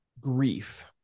grief